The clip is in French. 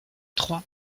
trois